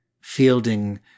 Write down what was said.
Fielding